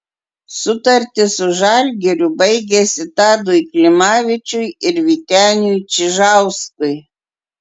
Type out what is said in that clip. sutartys su žalgiriu baigėsi tadui klimavičiui ir vyteniui čižauskui